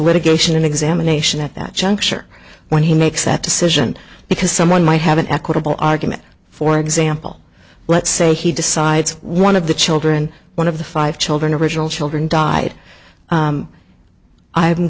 litigation and examination at that juncture when he makes that decision because someone might have an equitable argument for example let's say he decides one of the children one of the five children original children died